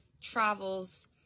travels